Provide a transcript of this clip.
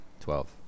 Twelve